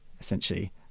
essentially